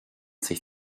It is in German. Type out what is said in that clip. sich